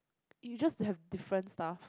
you just have different stuff